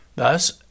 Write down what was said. Thus